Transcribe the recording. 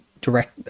direct